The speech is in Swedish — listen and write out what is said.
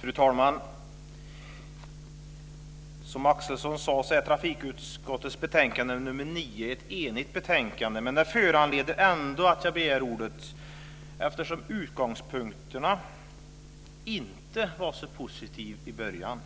Fru talman! Som Axelsson sade är trafikutskottets betänkande nr 9 ett enhälligt betänkande. Men det föranleder ändå att jag begär ordet eftersom utgångspunkterna inte var så positiva i början.